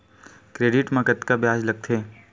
Credit मा कतका ब्याज लगथे?